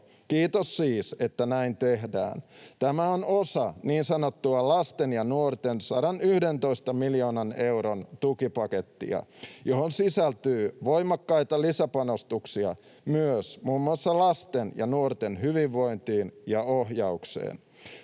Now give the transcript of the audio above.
Kiitos siis, että näin tehdään. Tämä on osa niin sanottua lasten ja nuorten 111 miljoonan euron tukipakettia, johon sisältyy voimakkaita lisäpanostuksia myös muun muassa lasten ja nuorten hyvinvointiin ja ohjaukseen.